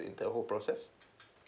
in the whole process